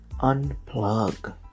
unplug